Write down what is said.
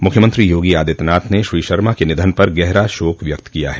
मुख्यमंत्री योगी आदित्यनाथ ने श्री शर्मा के निधन पर गहरा शोक व्यक्त किया है